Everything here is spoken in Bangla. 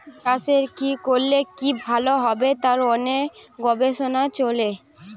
চাষের কি করলে কি ভালো হবে তার অনেক গবেষণা চলে